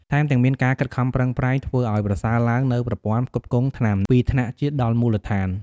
ថែមទាំងមានការខិតខំប្រឹងប្រែងធ្វើឱ្យប្រសើរឡើងនូវប្រព័ន្ធផ្គត់ផ្គង់ថ្នាំ ពីថ្នាក់ជាតិដល់មូលដ្ឋាន។